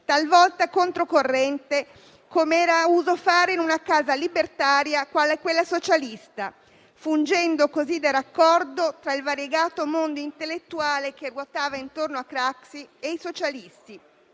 talvolta controcorrente come era uso fare in una casa libertaria qual è quella socialista, fungendo così da raccordo fra il variegato mondo intellettuale che ruotava intorno a Craxi e i socialisti.